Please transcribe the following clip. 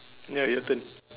ya your turn